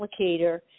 applicator